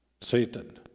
Satan